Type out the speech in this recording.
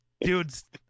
dude's